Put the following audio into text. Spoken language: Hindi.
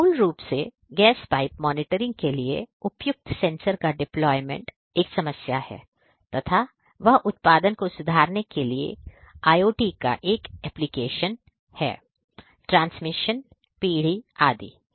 तो मूल रूप से गैस पाइप मॉनिटरिंग के लिए उपयुक्त सेंसर का डेप्लॉयमेंट एक समस्या है तथा वह उत्पादन को सुधारने के लिए IoT का एक अनुप्रयोग है ट्रांसमिशन पीढ़ी अदि